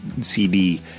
cd